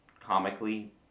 comically